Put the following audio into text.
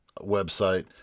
website